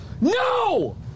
No